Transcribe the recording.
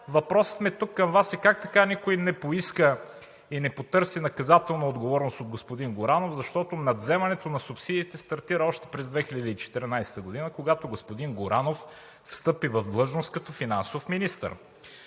Въпросът ми тук към Вас е: как така никой не поиска и не поиска наказателна отговорност от господин Горанов, защото надвземането на субсидиите стартира още през 2014 г., когато господин Горанов встъпи в длъжност като финансов министър?